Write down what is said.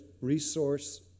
resource